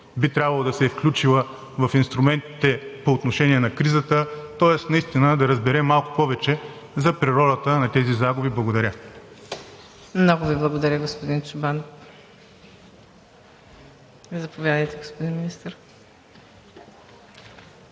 би трябвало да се е включила в инструментите по отношение на кризата, тоест наистина да разберем малко повече за природата на тези загуби. Благодаря. ПРЕДСЕДАТЕЛ МУКАДДЕС НАЛБАНТ: Много Ви благодаря, господин Чобанов. Заповядайте, господин Министър.